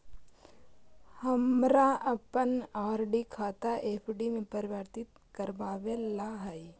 हमारा अपन आर.डी खाता एफ.डी में परिवर्तित करवावे ला हई